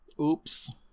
Oops